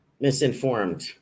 misinformed